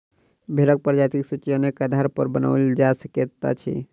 भेंड़क प्रजातिक सूची अनेक आधारपर बनाओल जा सकैत अछि